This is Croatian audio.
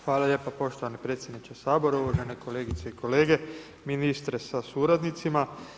Hvala lijepo poštovani predsjedniče Sabora, uvažene kolegice i kolege, ministre sa suradnicima.